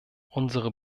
unsere